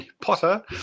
Potter